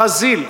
ברזיל,